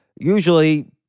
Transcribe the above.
usually